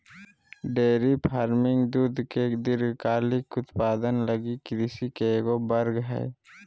dairy farming दूध के दीर्घकालिक उत्पादन लगी कृषि के एगो वर्ग हइ